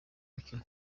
mukino